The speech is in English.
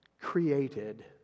created